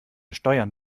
steuern